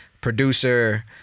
producer